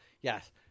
yes